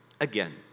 Again